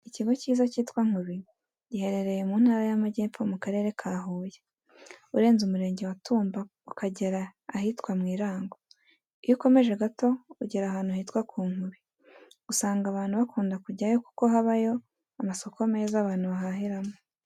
Ikigo cyiza cyitwa Nkubi, giherereye mu Ntara y'Amajyepfo mu Karere ka Huye, urenze umurenge wa Tumba ukagera ahitwa mu Irango, iyo ukomeje gato ugera ahantu hitwa ku Nkubi, usanga abantu bakunda kujyayo kuko habayo amasoko meza abantu bahahiramo.